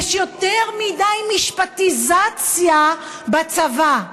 יש יותר מדי משפטיזציה בצבא.